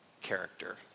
character